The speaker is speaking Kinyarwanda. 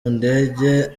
ndege